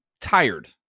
tired